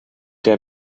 que